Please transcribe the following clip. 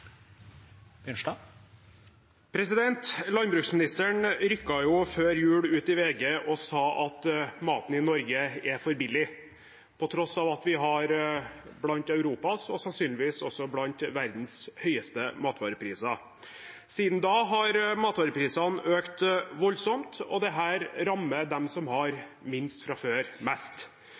Landbruksministeren rykket før jul ut i VG og sa at maten i Norge er for billig – på tross av at vi har blant Europas og sannsynligvis også blant verdens høyeste matvarepriser. Siden da har matvareprisene økt voldsomt, og dette rammer de som har minst fra før, mest.